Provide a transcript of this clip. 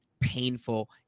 painful